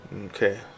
Okay